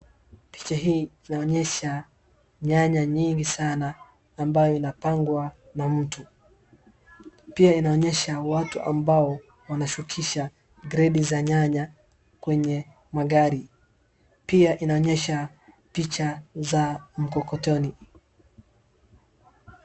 Picha hii inaonyesha nyanya nyingi sana, ambayo inapangwa na mtu. Pia inaonyesha watu ambao wanashukisha gredi za nyanya kwenye magari. Pia inaonyesha picha za mkokotoni.